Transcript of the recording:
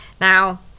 Now